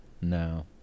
No